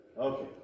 Okay